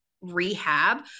rehab